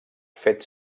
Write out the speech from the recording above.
fet